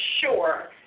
sure